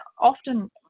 often